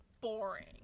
boring